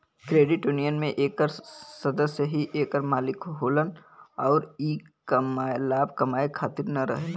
credit union में एकर सदस्य ही एकर मालिक होलन अउर ई लाभ कमाए खातिर न रहेला